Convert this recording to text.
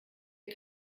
ihr